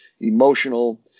emotional